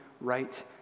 right